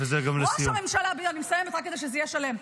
על מנת לקחת חלק בזמן מלחמה.